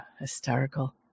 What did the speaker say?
Hysterical